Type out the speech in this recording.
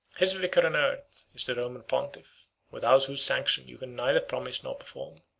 his vicar on earth is the roman pontiff without whose sanction you can neither promise nor perform.